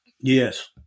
Yes